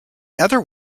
other